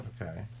Okay